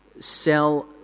sell